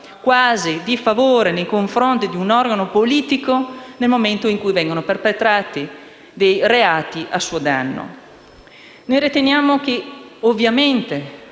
quasi di favore nei confronti di un organo politico nel momento in cui vengono perpetrati dei reati a suo danno. Riteniamo - ovviamente